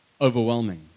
overwhelming